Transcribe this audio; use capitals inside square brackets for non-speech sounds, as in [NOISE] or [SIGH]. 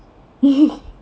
[LAUGHS]